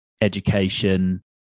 education